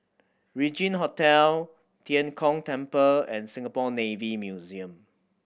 Regin Hotel Tian Kong Temple and Singapore Navy Museum